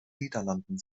niederlanden